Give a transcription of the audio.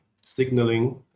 signaling